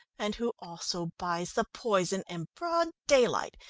and who also buys the poison in broad daylight,